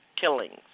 killings